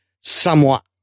somewhat